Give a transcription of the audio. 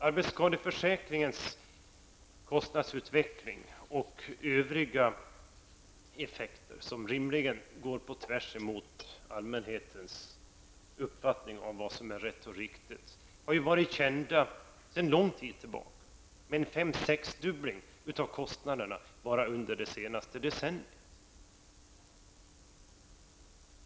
Arbetsskadeförsäkringens kostnadsutveckling och övriga effekter som rimligen går på tvärs mot allmänhetens uppfattning om vad som är rätt och riktigt har ju varit kända sedan lång tid tillbaka. Det har skett en fem eller sexdubbling av kostnaderna bara under det senaste decenniet.